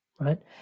Right